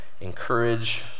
encourage